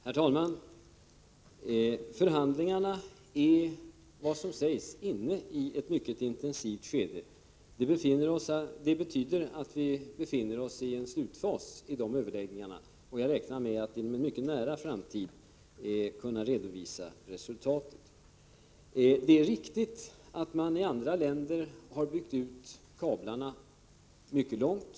Herr talman! Förhandlingarna är, som sägs i mitt svar, inne i ett mycket intensivt skede. Det betyder att vi befinner oss i slutfasen i de överläggningarna. Jag räknar med att inom en mycket nära framtid kunna redovisa resultatet. Det är riktigt att man i andra länder har byggt ut kablarna mycket långt.